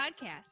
Podcast